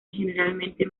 generalmente